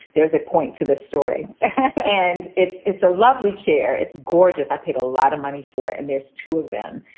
there's a point to this story and it's it's a lovely chair. it's gorgeous. i paid a lot of money for it and there's two of them.